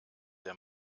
der